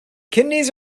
kidneys